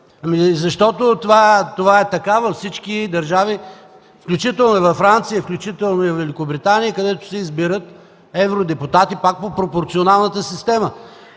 Защото това е така във всички държави, включително във Франция, включително и във Великобритания, където се избират евродепутати пак по пропорционалната система.